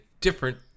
different